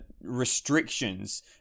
restrictions